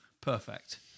perfect